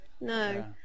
no